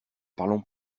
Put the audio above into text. parlons